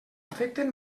afecten